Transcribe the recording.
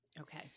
Okay